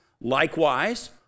Likewise